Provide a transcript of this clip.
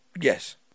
Yes